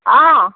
অঁ